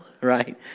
right